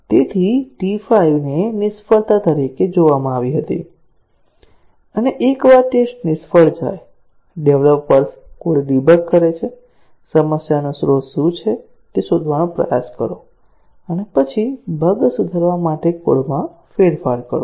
તેથી T 5 ને નિષ્ફળતા તરીકે જોવામાં આવી હતી અને એકવાર ટેસ્ટ કેસ નિષ્ફળ જાય ડેવલપર્સ કોડ ડિબગ કરે છે સમસ્યાનું સ્રોત શું છે તે શોધવાનો પ્રયાસ કરો અને પછી બગ સુધારવા માટે કોડમાં ફેરફાર કરો